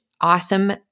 awesome